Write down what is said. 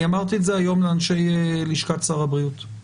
אני אמרתי את זה היום לאנשי לשכת שר הבריאות.